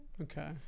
Okay